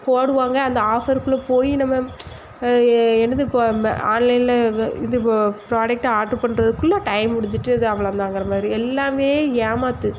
போடுவாங்க அந்த ஆஃபர்க்குள்ளே போய் நம்ம என்னது இப்போ ம ஆன்லைனில் இது ப்ராடக்ட்டு ஆர்ட்ரு பண்றதுக்குள்ளே டைம் முடிஞ்சிவிட்டு இது அவ்வளோ தாங்குகிற மாதிரி எல்லாமே ஏமாற்று